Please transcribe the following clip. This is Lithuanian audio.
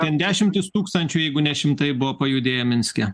ten dešimtys tūkstančių jeigu ne šimtai buvo pajudėję minske